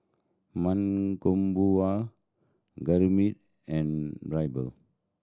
Mankombu Gurmeet and